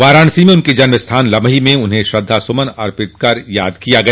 वाराणसी में उनके जन्म स्थान लमही में उन्हें श्रद्धा सुमन अर्पित कर याद किया गया